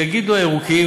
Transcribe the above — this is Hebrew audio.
יגידו הירוקים,